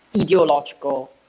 ideological